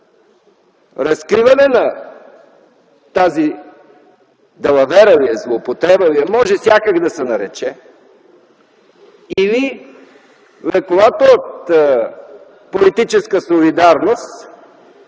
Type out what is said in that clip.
разкриване на тази далавера ли е – злоупотреба ли е, може всякак да се нарече – или лековато, от политическа солидарност,